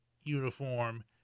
uniform